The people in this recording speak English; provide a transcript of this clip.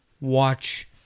watch